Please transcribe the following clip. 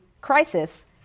crisis